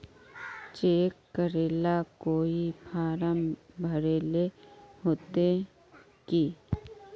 Cheque करेला कोई form भरेले होते की?